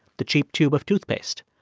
the cheap tube of toothpaste.